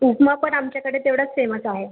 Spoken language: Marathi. उपमा पण आमच्याकडे तेवढाच फेमस आहे